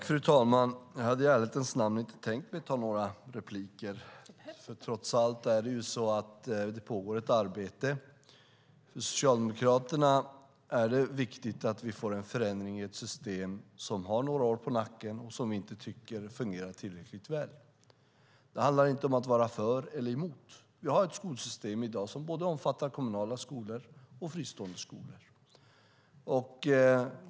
Fru talman! Jag hade i ärlighetens namn inte tänkt begära några repliker, för trots allt pågår det ett arbete. För Socialdemokraterna är det viktigt att vi får en förändring i ett system som har några år på nacken och som vi inte tycker fungerar tillräckligt väl. Det handlar inte om att vara för eller emot. Vi har ett skolsystem i dag som omfattar både kommunala skolor och fristående skolor.